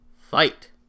Fight